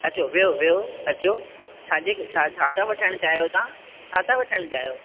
अचो वेहो वेहो अचो छा जे छा था वठणु चाहियो तव्हां छा था वठणु चाहियो